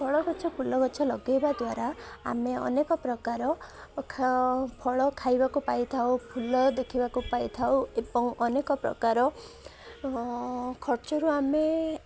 ଫଳ ଗଛ ଫୁଲ ଗଛ ଲଗେଇବା ଦ୍ୱାରା ଆମେ ଅନେକ ପ୍ରକାର ଫଳ ଖାଇବାକୁ ପାଇଥାଉ ଫୁଲ ଦେଖିବାକୁ ପାଇଥାଉ ଏବଂ ଅନେକ ପ୍ରକାର ଖର୍ଚ୍ଚରୁ ଆମେ